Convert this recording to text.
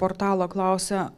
portalo klausia